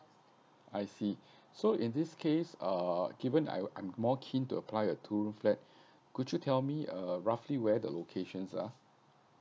I see so in this case uh given I~ I'm more keen to apply a two room flat could you tell me uh roughly where the locations are